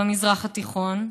במזרח התיכון,